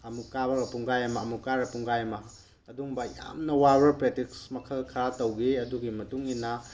ꯑꯃꯨꯛ ꯀꯥꯕ ꯍꯧꯔꯒ ꯄꯨꯡꯈꯥꯏ ꯑꯃ ꯑꯃꯨꯛ ꯀꯥꯔꯒ ꯄꯨꯡꯈꯥꯏ ꯑꯃ ꯑꯗꯨꯝꯕ ꯌꯥꯝꯅ ꯋꯥꯕ ꯄ꯭ꯔꯦꯛꯇꯤꯁ ꯃꯈꯜ ꯈꯔ ꯇꯧꯈꯤ ꯑꯗꯨꯒꯤ ꯃꯇꯨꯡꯏꯟꯅ